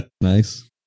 Nice